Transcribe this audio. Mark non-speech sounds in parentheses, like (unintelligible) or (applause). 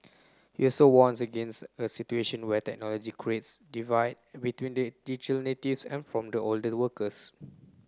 he also warns against a situation where technology creates divide between the digital natives and from the (unintelligible) workers